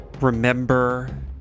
remember